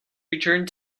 returned